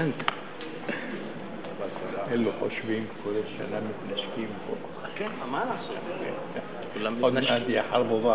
אני רוצה לברך את חברי וידידי חבר הכנסת הטרי,